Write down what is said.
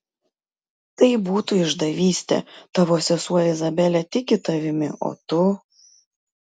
tai būtų išdavystė tavo sesuo izabelė tiki tavimi o tu